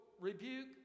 rebuke